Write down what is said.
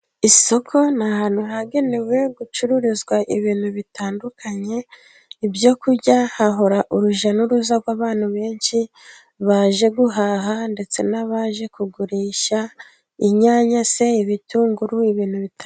Isoko, ni ahantu hagenewe gucururizwa ibintu bitandukanye ibyo kurya, hahora urujya n'uruza rw'abantu benshi baje guhaha ndetse n'abaje kugurisha inyanya se, ibitunguru ibintu bitandukanye